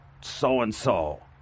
so-and-so